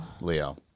Leo